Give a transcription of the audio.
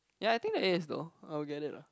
ya I think that is though I'll get it lah